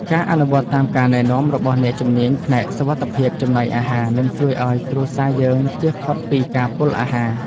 ការអនុវត្តតាមការណែនាំរបស់អ្នកជំនាញផ្នែកសុវត្ថិភាពចំណីអាហារនឹងជួយឱ្យគ្រួសារយើងជៀសផុតពីការពុលអាហារ។